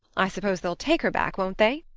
i suppose they'll take her back, won't they?